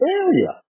area